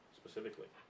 specifically